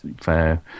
fair